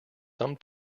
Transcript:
some